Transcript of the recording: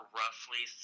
roughly